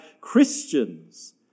Christians